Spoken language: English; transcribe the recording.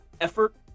effort